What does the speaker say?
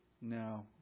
no